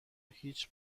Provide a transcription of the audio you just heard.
هیچ